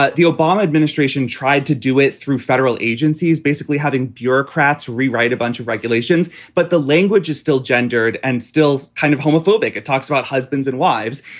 ah the obama administration tried to do it through federal agencies, basically having bureaucrats rewrite a bunch of regulations. but the language is still gendered and still kind of homophobic. it talks about husbands and wives.